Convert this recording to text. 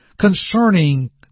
concerning